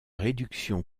réduction